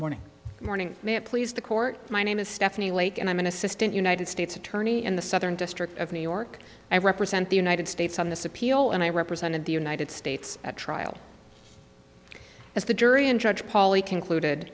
morning may it please the court my name is stephanie lake and i'm an assistant united states attorney in the southern district of new york i represent the united states on this appeal and i represented the united states at trial as the jury and judge pauley concluded